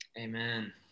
Amen